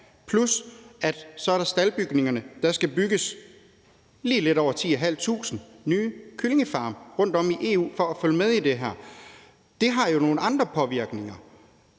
For der skal bygges lige lidt over 10.500 nye kyllingefarme rundtom i EU for at følge med i det her, og det har jo nogle andre påvirkninger.